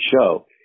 show